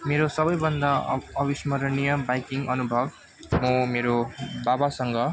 मेरो सबभन्दा अ अविस्मरणीय बाइकिङ अनुभव म मेरो बाबासँग